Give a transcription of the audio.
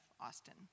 Austin